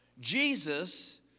Jesus